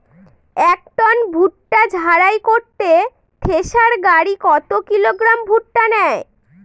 এক টন ভুট্টা ঝাড়াই করতে থেসার গাড়ী কত কিলোগ্রাম ভুট্টা নেয়?